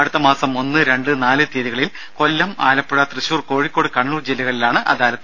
അടുത്ത മാസം ഒന്ന് രണ്ട് നാല് തീയതികളിൽ കൊല്ലം ആലപ്പുഴ തൃശൂർ കോഴിക്കോട് കണ്ണൂർ ജില്ലകളിലാണ് അദാലത്ത്